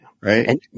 right